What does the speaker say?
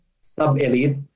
sub-elite